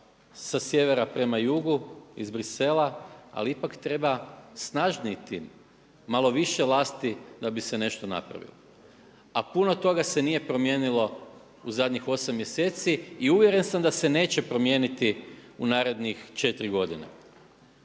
sa sjevera prema jugu iz Bruxellesa ali ipak treba snažniji tim, malo više lasti da bi se nešto napravilo. A puno toga se nije promijenilo u zadnjih 8 mjeseci i uvjeren sam da se neće promijeniti u narednih 4 godine.